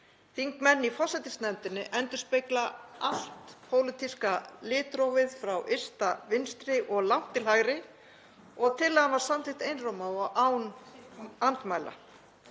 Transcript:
Þingmenn í forsætisnefndinni endurspegla allt pólitíska litrófið, frá ysta vinstri og langt til hægri, og tillagan var samþykkt einróma og án andmæla.